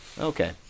Okay